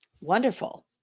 wonderful